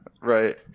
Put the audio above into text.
Right